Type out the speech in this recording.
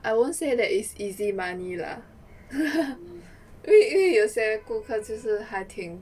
I won't say that it's easy money lah 因为因为有些顾客就是还挺